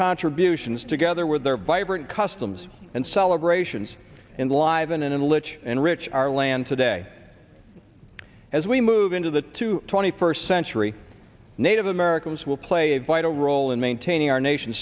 contributions together with their vibrant customs and celebrations and live in an unlit and rich our land today as we move into the two twenty first century native americans will play a vital role in maintaining our nation